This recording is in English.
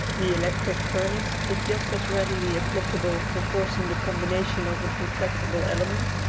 the electric furnace is just as readily applicable for forcing the combination of an intractable element,